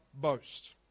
boast